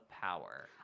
power